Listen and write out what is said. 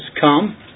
come